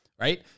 right